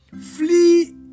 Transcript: flee